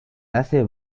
hace